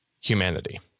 humanity